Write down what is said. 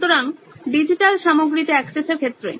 সুতরাং ডিজিটাল সামগ্রীতে অ্যাক্সেসের ক্ষেত্রে